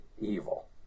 evil